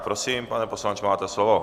Prosím, pane poslanče, máte slovo.